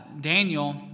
Daniel